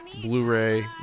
Blu-ray